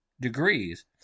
degrees